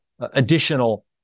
additional